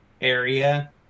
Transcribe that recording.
area